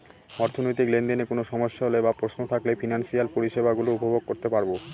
অর্থনৈতিক লেনদেনে কোন সমস্যা হলে বা প্রশ্ন থাকলে ফিনান্সিয়াল পরিষেবা গুলো উপভোগ করতে পারবো